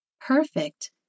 Perfect